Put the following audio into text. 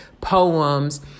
poems